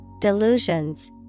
delusions